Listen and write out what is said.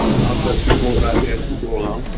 i'll talk to you more about that as we go along.